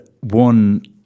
One